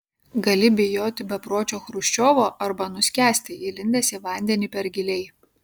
gali bijoti bepročio chruščiovo arba nuskęsti įlindęs į vandenį per giliai